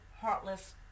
heartless